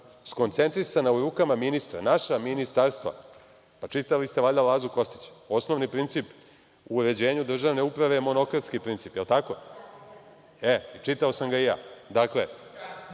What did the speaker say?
skoncentrisana u rukama ministra, naša ministarstva, pa čitali ste valjda Lazu Kostića, osnovni princip o uređenju državne uprave je monokratski princip, da li je tako? Da, čitao sam ga i ja. Dakle,